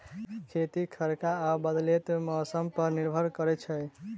खेती बरखा आ बदलैत मौसम पर निर्भर करै छै